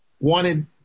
wanted